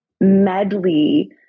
medley